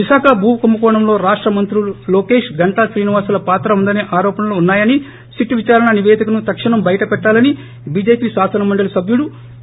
విశాఖ భూ కుంభకోణంలో రాష్ట మంత్రులు లోకేష్ గంటా శ్రీనివాస్ ల పాత్ర ఉందనె ఆరోపణలు ఉన్నాయని సిట్ విచారణ నీవేదికను తక్షణం బయిటపెట్టాలని బిజెపీ శాసన మండలీ సభ్యుడు పి